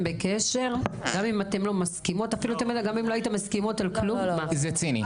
בקשר גם אם אתן לא מסכימות --- זה ציני.